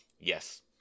Yes